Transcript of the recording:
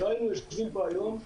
לא היינו יושבים פה היום.